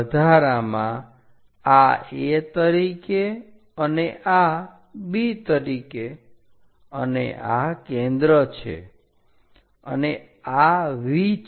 વધારામાં આ A તરીકે અને આ B તરીકે અને આ કેન્દ્ર છે અને આ V છે